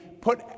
put